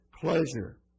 pleasure